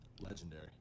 Legendary